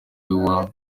niwe